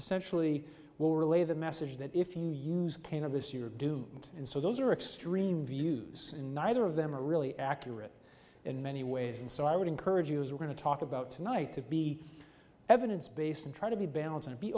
essentially will relay the message that if you use cannabis you're doomed and so those are extreme views and neither of them are really accurate in many ways and so i would encourage you as we're going to talk about tonight to be evidence based and try to be balanced and be